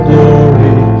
Glory